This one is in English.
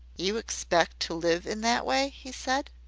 you expect to live in that way? he said.